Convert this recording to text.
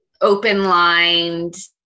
open-lined